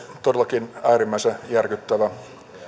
todellakin äärimmäisen järkyttävä